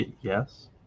yes